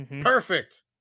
Perfect